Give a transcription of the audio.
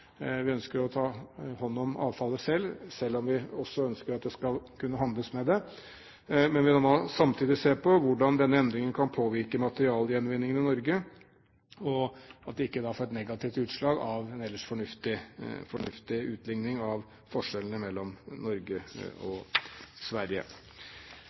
Vi ønsker å ta hånd om avfallet selv, selv om vi også ønsker at det skal kunne handles med det. Samtidig må vi se på hvordan denne endringen kan påvirke materialgjenvinningen i Norge, og at det ikke blir et negativt utslag av en ellers fornuftig utligning av forskjellene mellom Norge og Sverige.